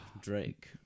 drake